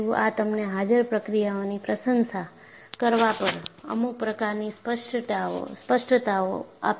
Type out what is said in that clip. આ તમને હાજર પ્રક્રિયાઓની પ્રશંસા કરવા પર અમુક પ્રકારની સ્પષ્ટતા આપશે